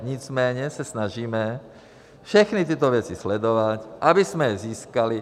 Nicméně se snažíme všechny tyto věci sledovat, abychom je získali.